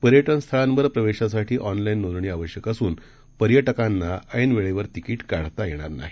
पर्यटनस्थळांवरप्रवेशासाठीऑनलाईननोंदणीआवश्यकअसून पर्यटकांनाऐनवेळेवरतिकिटकाढतायेणारनाही